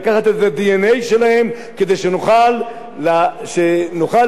כדי שנוכל לדאוג לתושבי העיר תל-אביב,